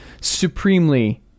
supremely